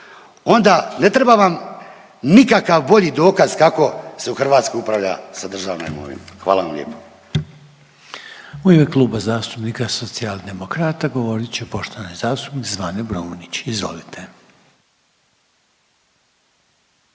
Onda, ne treba vam nikakav bolji dokaz kako se u Hrvatskoj upravlja sa državnom imovinom. Hvala vam lijepo.